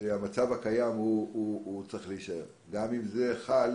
שהמצב הקיים צריך להישאר, גם אם זה חל